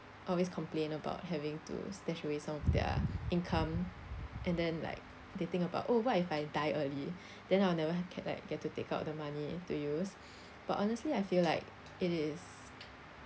always complain about having to stash away some of their income and then like they think about oh what if I die early then I'll never get like get to take out the money to use but honestly I feel like it is